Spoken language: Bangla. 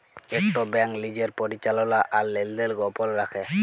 ইকট ব্যাংক লিজের পরিচাললা আর লেলদেল গপল রাইখে